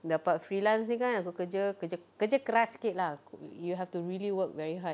dapat freelance ini kan aku kerja kerja kerja keras sikit lah you have to really work very hard